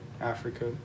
Africa